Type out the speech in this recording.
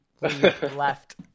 left